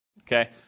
okay